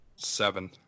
Seven